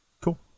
Cool